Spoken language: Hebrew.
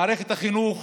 מערכת החינוך